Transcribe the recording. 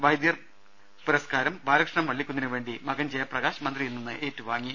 വൈദ്യർ പുരസ്കാരം ബാലകൃഷ്ണൻ വള്ളിക്കുന്നിനു വേണ്ടി മകൻ ജയപ്രകാശ് മന്ത്രിയിൽ നിന്ന് ഏറ്റുവാങ്ങി